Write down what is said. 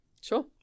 Sure